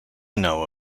know